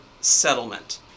settlement